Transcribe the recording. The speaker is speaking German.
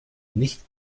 nicht